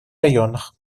районах